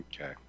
Okay